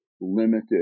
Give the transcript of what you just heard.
limited